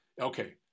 Okay